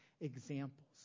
examples